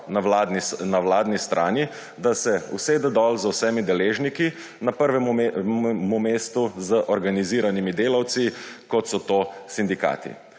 na vladni strani, da se usede dol z vsemi deležniki, na prvem mestu z organiziranimi delavci, kot so to sindikati,